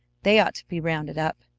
they ought to be rounded up.